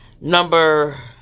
number